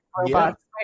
robots